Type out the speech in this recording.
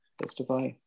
testify